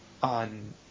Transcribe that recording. on